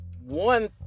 one